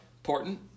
important